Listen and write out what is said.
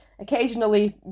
occasionally